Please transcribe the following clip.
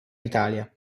italia